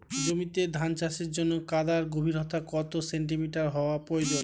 জমিতে ধান চাষের জন্য কাদার গভীরতা কত সেন্টিমিটার হওয়া প্রয়োজন?